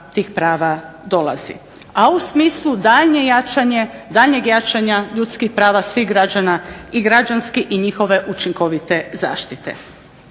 a u smislu daljnjeg jačanja ljudskih prava svih građana i građanki i njihove učinkovite zaštite.